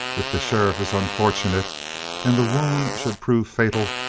if the sheriff is unfortunate and the wound should prove fatal,